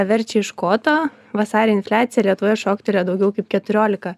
verčia iš koto vasarį infliacija lietuvoje šoktelėjo daugiau kaip keturiolika